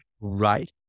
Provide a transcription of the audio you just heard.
right